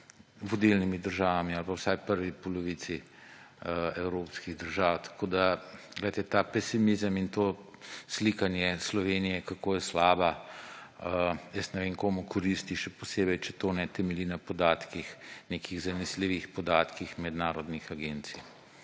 vodilnimi državami ali pa vsaj v prvi polovici evropskih držav. Ta pesimizem in to slikanje Slovenije, kako je slaba, jaz ne vem, komu koristi, še posebej če to ne temelji na nekih zanesljivih podatkih mednarodnih agencij.